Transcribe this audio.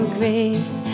grace